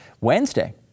Wednesday